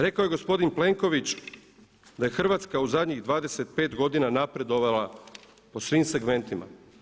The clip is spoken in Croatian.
Rekao je gospodin Plenković da je Hrvatska u zadnjih 25 godina napredovala po svim segmentima.